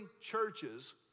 churches